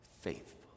faithful